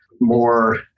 more